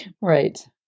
Right